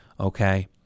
Okay